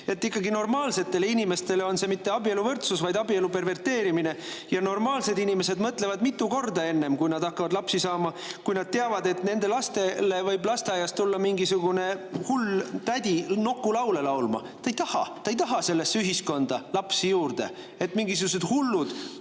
küll. Normaalsete inimeste arvates on see mitte abieluvõrdsus, vaid abielu perverteerimine. Normaalsed inimesed mõtlevad mitu korda, enne kui nad hakkavad lapsi saama, kui nad teavad, et nende lastele võib lasteaias tulla mingisugune hull tädi nokulaule laulma. Nad ei taha sellisesse ühiskonda lapsi juurde, kus mingisugused hullud